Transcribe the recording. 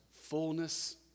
fullness